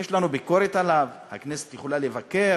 יש לנו ביקורת עליו, הכנסת יכולה לבקר,